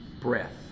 Breath